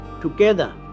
Together